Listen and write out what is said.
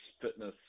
fitness